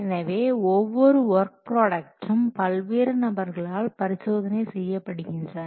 எனவே ஒவ்வொரு வொர்க் ப்ராடக்டும் பல்வேறு நபர்களால் பரிசோதனை செய்யப்படுகின்றன